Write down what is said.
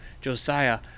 josiah